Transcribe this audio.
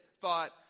thought